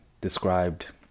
described